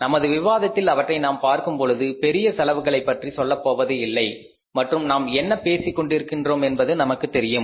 நமது விவாதத்தில் அவற்றை நாம் பார்க்கும் பொழுது பெரிய செலவுகளைப் பற்றி சொல்லப்போவது இல்லை மற்றும் நாம் என்ன பேசிக் கொண்டிருக்கின்றோம் என்பது நமக்கு தெரியும்